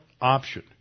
option